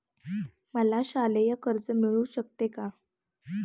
मला शालेय कर्ज मिळू शकते का?